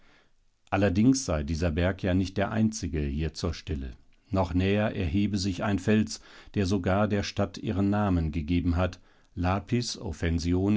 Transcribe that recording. allerdings sei dieser berg ja nicht der einzige hier zur stelle noch näher erhebe sich ein fels der sogar der stadt ihren namen gegeben habe lapis